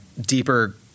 deeper